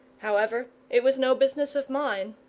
however, it was no business of mine.